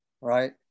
right